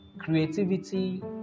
creativity